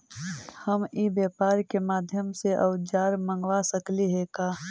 हम ई व्यापार के माध्यम से औजर मँगवा सकली हे का?